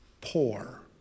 poor